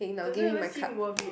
doesn't even seems worth it